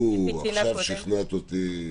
אוה, עכשיו שכנעת אותי,